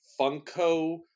Funko